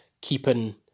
keeping